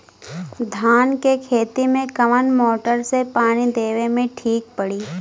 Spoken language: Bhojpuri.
धान के खेती मे कवन मोटर से पानी देवे मे ठीक पड़ी?